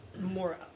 more